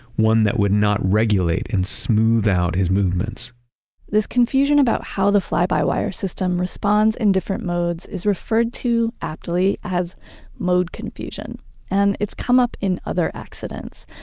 one that would not regulate and smooth out his movements this confusion about how the fly-by-wire system responds in different modes is referred to aptly as mode confusion and it's come up in other accidents.